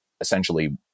essentially